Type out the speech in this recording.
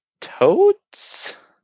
Toads